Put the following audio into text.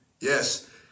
Yes